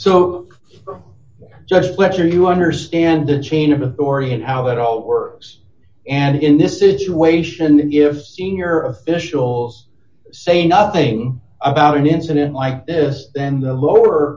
so just lecture you understand the chain of authority and how it all works and in this situation if senior officials say nothing about an incident like this then the lower